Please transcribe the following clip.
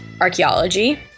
archaeology